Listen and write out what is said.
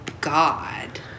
God